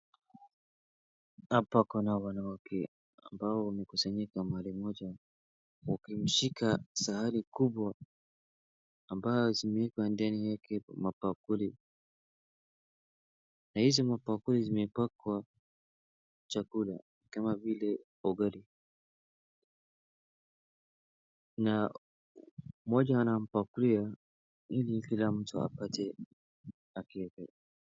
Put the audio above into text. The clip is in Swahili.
Hapa kuna wanawake ambao wamekusanyika mahali pamoja wakishika sahani kubwa ambayo zimewekwa ndani yake mabakuli na izi mabakuli zimewekwa chakula kama vile ugali na mmoja anapakua hili kila mtu apate haki yake.